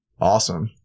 awesome